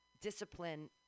discipline